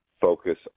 focus